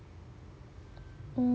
mm